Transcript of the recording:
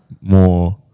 more